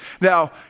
Now